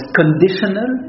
conditional